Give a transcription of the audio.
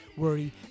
Worry